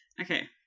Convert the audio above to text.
okay